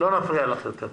לא נפריע לך יותר.